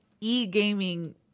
e-gaming